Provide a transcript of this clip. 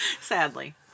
Sadly